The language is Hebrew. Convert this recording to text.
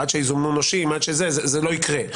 עד שיזומנו נושים, זה לא יקרה.